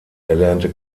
erlernte